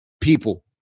people